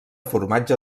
formatge